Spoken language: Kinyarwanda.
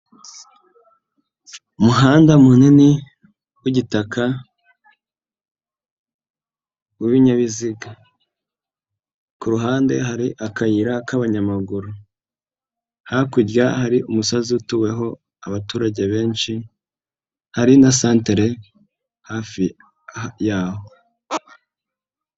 Umuhanda munini w'igitaka w'ibinyabiziga. Kuruhande hari akayira k'abanyamaguru, hakurya hari umusozi utuweho abaturage benshi hari nasanentere hafi yaho.